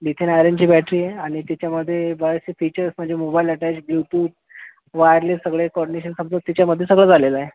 lithium आयरनची battery आहे आणि त्याच्यामध्ये बरेचसे फीचर्स म्हणजे मोबाईल ॲटॅच्ड ब्लूटूथ वायरलेस सगळे कोऑर्डिनेशन सगळं त्याच्यामध्ये सगळं झालेलं आहे